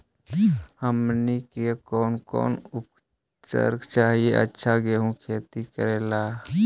हमनी के कौन कौन उर्वरक चाही अच्छा गेंहू के खेती करेला?